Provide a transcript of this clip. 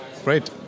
Great